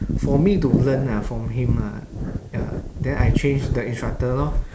for me to learn lah from him ah ya then I change the instructor lor